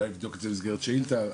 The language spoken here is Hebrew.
אולי נבדוק את זה במסגרת שאילתה.